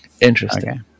interesting